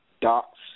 Docs